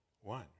One